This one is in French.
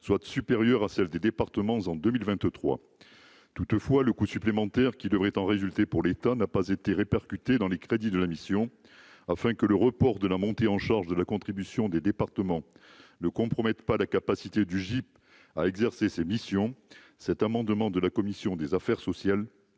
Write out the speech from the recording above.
soit supérieure à celle des départements en 2023 toutefois le coût supplémentaire qui devrait en résulter pour l'état n'a pas été répercutée dans les crédits de la mission afin que le report de la montée en charge de la contribution des départements ne compromettent pas la capacité du GIP à exercer ses missions cet amendement de la commission des affaires sociales